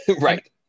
right